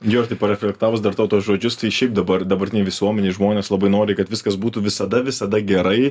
jo ir taip pareflektavus dar tavo tuos žodžius tai šiaip dabar dabartinėj visuomenėj žmonės labai nori kad viskas būtų visada visada gerai